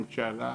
הממשלה,